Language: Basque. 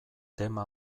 tema